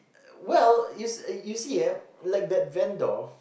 well you see you see eh like that vendor